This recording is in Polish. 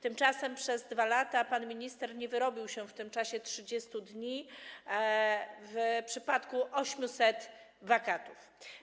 Tymczasem przez 2 lata pan minister nie wyrobił się w tym terminie 30 dni w przypadku 800 wakatów.